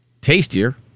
Tastier